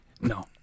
No